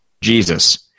Jesus